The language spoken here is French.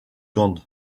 gand